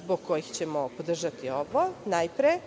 zbog kojih ćemo podržati ovo. Najpre,